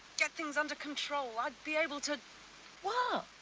get things under control, i'd be able to what?